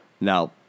Now